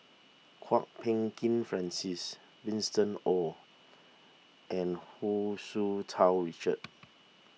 Kwok Peng Kin Francis Winston Oh and Hu Tsu Tau Richard